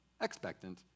expectant